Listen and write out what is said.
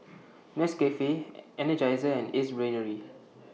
Nescafe Energizer and Ace Brainery